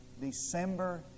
December